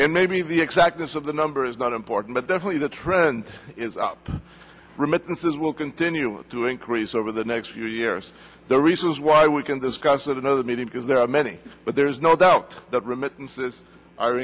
of the number is not important but definitely the trend is up remittances will continue to increase over the next few years the reasons why we can discuss that another meeting because there are many but there is no doubt that remittances are